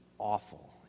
awful